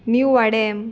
new Vaddem